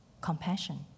compassion